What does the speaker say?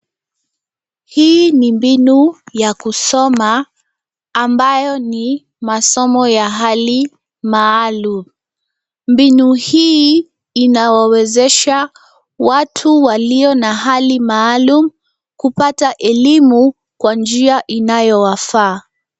Hii ni mbinu ya kusoma ambayo ni masomo ya hali maalum. Mbinu hii inawawezesha watu walio na hali maalum kupata elimu kwa njia inayowafaa.